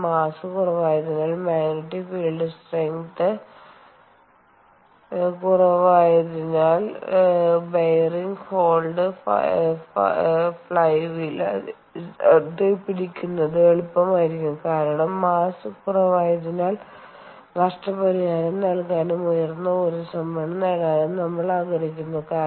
mass കുറവായതിനാൽ magnetic field സ്ട്രെങ്ത്നെ കുറവായതിനാൽ ബെയറിംഗ് ഹോൾഡ് ഫ്ലൈ വീൽ അതിന്റെ സ്ഥാനത്ത് പിടിക്കുന്നത് എളുപ്പമായിരിക്കും കാരണം മാസ്സ് കുറവായതിനാൽ നഷ്ടപരിഹാരം നൽകാനും ഉയർന്ന ഊർജ്ജ സംഭരണം നേടാനും നമ്മൾ ആഗ്രഹിക്കുന്നു കാരണം